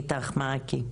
מאית"ך-מעכי,